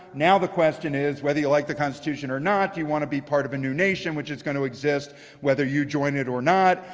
now the question is whether you like the constitution or not, do you want to be part of a new nation, which is going to exist whether you join it or not?